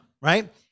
right